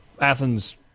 Athens